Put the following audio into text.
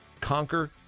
conquer